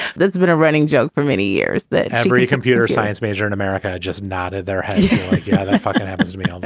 that's been a running joke for many years that every computer science major in america just nodded their head like, yeah, that fucking happens to me